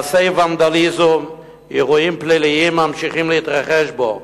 מעשי ונדליזם ואירועים פליליים ממשיכים להתרחש בו,